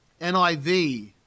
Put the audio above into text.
NIV